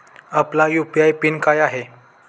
आपला UPI PIN काय आहे?